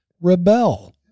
rebel